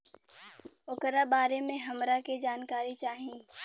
ओकरा बारे मे हमरा के जानकारी चाही?